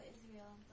Israel